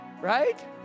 right